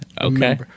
Okay